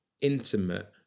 intimate